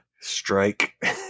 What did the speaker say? Strike